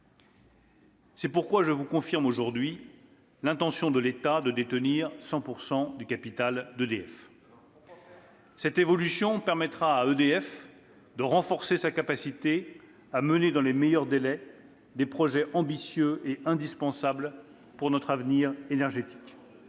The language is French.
C'est pourquoi je vous confirme aujourd'hui l'intention de l'État de détenir 100 % du capital d'EDF. » Pour quoi faire ?« Cette évolution permettra à EDF de renforcer sa capacité à mener dans les meilleurs délais des projets ambitieux et indispensables pour notre avenir énergétique.